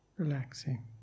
Relaxing